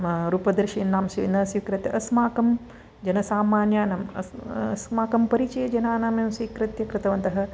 रूपदर्शिनां स्वीकृत्य अस्माकं जनसामान्यानाम् अस्माकं परिचयजनानाम् एव स्वीकृत्य कृतवन्तः